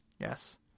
Yes